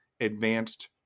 advanced